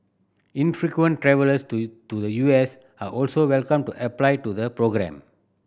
infrequent travellers to to the U S are also welcome to apply to the programme